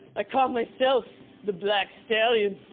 i call myself the black stallion,